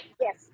yes